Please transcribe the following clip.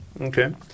Okay